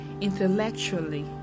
intellectually